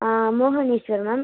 மோகன் ஈஸ்வர் மேம்